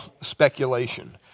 speculation